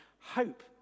hope